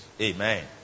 Amen